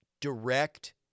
direct